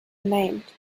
named